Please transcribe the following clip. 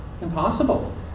impossible